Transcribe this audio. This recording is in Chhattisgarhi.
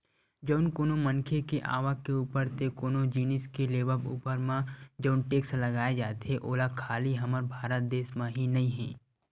जउन कोनो मनखे के आवक के ऊपर ते कोनो जिनिस के लेवब ऊपर म जउन टेक्स लगाए जाथे ओहा खाली हमर भारत देस म ही नइ हे